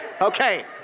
Okay